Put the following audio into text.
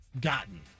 gotten